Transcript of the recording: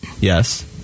Yes